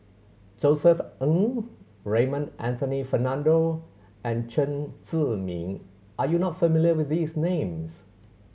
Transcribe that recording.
Josef Ng Raymond Anthony Fernando and Chen Zhiming are you not familiar with these names